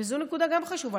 וזו גם נקודה חשובה.